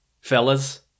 fellas